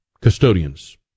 custodians